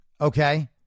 okay